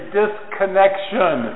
disconnection